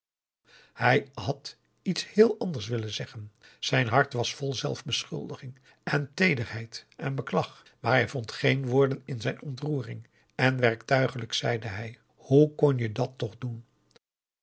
hij had iets heel anders willen zeggen zijn hart was vol zelfbeschuldiging en teederheid en beklag maar hij vond geen woorden in zijn ontroering en werktuigelijk zeide hij hoe kon je dat toch doen